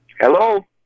Hello